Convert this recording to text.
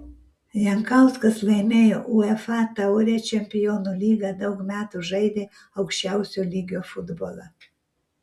jankauskas laimėjo uefa taurę čempionų lygą daug metų žaidė aukščiausio lygio futbolą